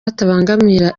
batabangamira